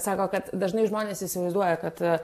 sako kad dažnai žmonės įsivaizduoja kad